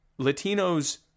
Latinos